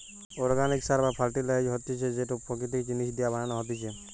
organic সার বা fertiliser হতিছে যেইটো প্রাকৃতিক জিনিস দিয়া বানানো হতিছে